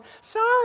sorry